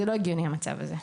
זה לא הגיוני, המצב הזה.